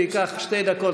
זה ייקח שתי דקות.